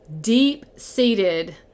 deep-seated